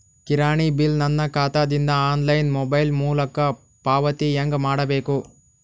ಕಿರಾಣಿ ಬಿಲ್ ನನ್ನ ಖಾತಾ ದಿಂದ ಆನ್ಲೈನ್ ಮೊಬೈಲ್ ಮೊಲಕ ಪಾವತಿ ಹೆಂಗ್ ಮಾಡಬೇಕು?